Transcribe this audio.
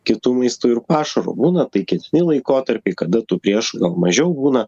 kitų maistu ir pašaru būna taikesni laikotarpiai kada tų priešų gal mažiau būna